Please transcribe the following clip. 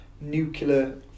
nuclear